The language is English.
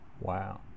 Wow